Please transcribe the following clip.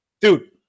Dude